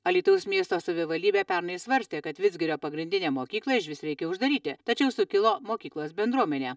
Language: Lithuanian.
alytaus miesto savivaldybė pernai svarstė kad vidzgirio pagrindinę mokyklą išvis reikia uždaryti tačiau sukilo mokyklos bendruomenė